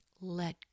let